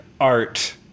art